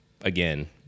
again